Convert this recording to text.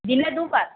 দিনে দুবার